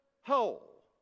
whole